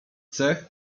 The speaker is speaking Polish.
cech